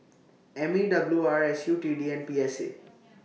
M E W R S U T D and P S A